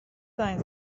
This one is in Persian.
زنگ